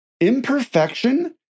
Imperfection